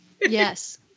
Yes